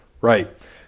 Right